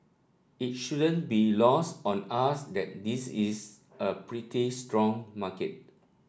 it shouldn't be lost on us that this is a pretty strong market